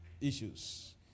issues